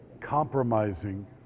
compromising